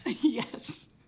Yes